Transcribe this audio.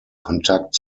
kontakt